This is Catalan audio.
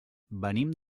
venim